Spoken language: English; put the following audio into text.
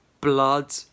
blood